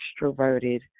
extroverted